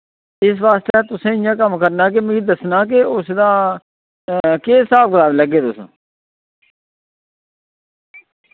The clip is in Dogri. इस वास्तै तुसें इय्यां कम्म करना कि मि दस्सना के उस दा केह् स्हाब कताब लैगे तुस